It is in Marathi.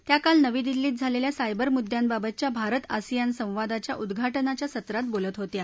त्या काल नवी दिल्लीत झालेल्या सायबर मुद्यांबाबतच्या भारत आसियान संवादाच्या उद्घाटनाच्या सत्रात बोलत होत्या